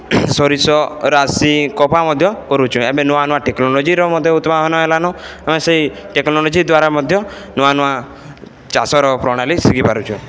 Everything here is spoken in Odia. ସୋରିଷ ରାଶି କପା ମଧ୍ୟ କରୁଛୁ ଏବେ ନୂଆ ନୂଆ ଟେକ୍ନୋଲୋଜିର ମଧ୍ୟ ଉଦ୍ଭାବନ ହେଲାନୁ ଆମେ ସେଇ ଟେକ୍ନୋଲୋଜି ଦ୍ୱାରା ମଧ୍ୟ ନୂଆ ନୂଆ ଚାଷର ପ୍ରଣାଳୀ ଶିଖିପାରୁଛୁ